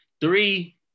Three